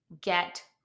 get